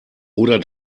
oder